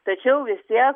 tačiau vistiek